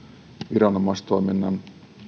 viranomaistoiminnan